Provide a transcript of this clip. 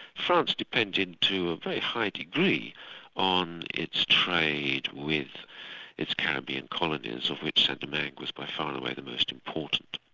france depended to a very high degree on its trade with its caribbean colonies, of which saint dominguez was by far away the most important.